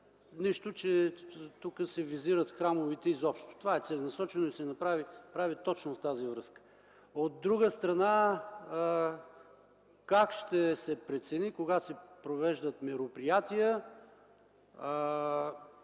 нищо че тук се визират храмовете изобщо. Това е целенасочено и се прави точно във връзка с това. От друга страна, как ще се прецени кога се провеждат мероприятия.